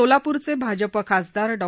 सोलापूरचे भाजप खासदार डॉ